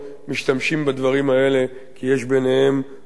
האלה כי יש ביניהם לבינו אי-הסכמות,